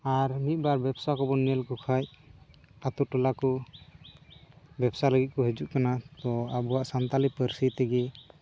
ᱟᱨ ᱢᱤᱫ ᱵᱟᱨ ᱵᱮᱵᱽᱥᱟ ᱠᱚᱵᱚᱱ ᱧᱮᱞ ᱠᱚᱠᱷᱟᱡ ᱟᱹᱛᱩ ᱴᱚᱞᱟ ᱫᱚ ᱵᱮᱵᱽᱥᱟ ᱞᱟᱹᱜᱤᱫ ᱠᱚ ᱦᱤᱡᱩᱜ ᱠᱟᱱᱟ ᱟᱨ ᱠᱚ ᱟᱵᱚᱣᱟᱜ ᱥᱟᱱᱛᱟᱞᱤ ᱯᱟᱹᱨᱥᱤ ᱛᱮᱜᱮ